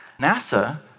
NASA